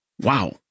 wow